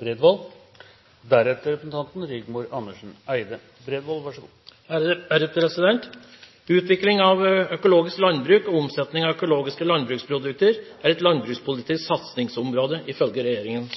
Bredvold – til oppfølgingsspørsmål. Utvikling av økologisk landbruk og omsetning av økologiske landbruksprodukter er et landbrukspolitisk satsingsområde, ifølge regjeringen